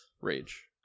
rage